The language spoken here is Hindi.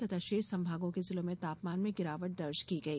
तथा शेष संभागों के जिलों में तापमान में गिरावट दर्ज की गई